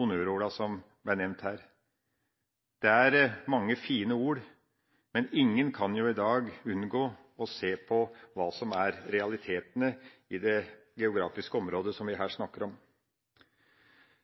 honnørorda som ble nevnt her. Det er mange fine ord, men ingen kan jo i dag unngå å se hva som er realitetene i det geografiske området som vi her snakker om.